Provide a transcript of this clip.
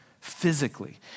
physically